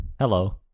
Hello